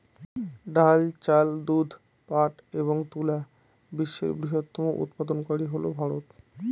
ডাল, চাল, দুধ, পাট এবং তুলা বিশ্বের বৃহত্তম উৎপাদনকারী হল ভারত